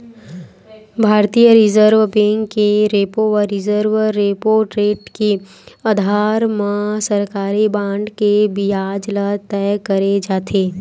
भारतीय reserve bank के repo व रिवर्स रेपो रेट के अधार म सरकारी बांड के बियाज ल तय करे जाथे